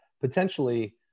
potentially